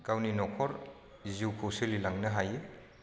गावनि न'खर जिउखौ सोलिलांहोनो हायो